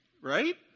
Right